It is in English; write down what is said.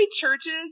churches